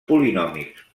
polinomis